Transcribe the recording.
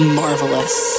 marvelous